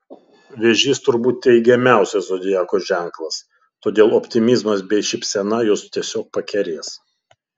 vėžys turbūt teigiamiausias zodiako ženklas todėl optimizmas bei šypsena juos tiesiog pakerės